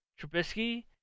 Trubisky